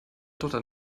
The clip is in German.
dotter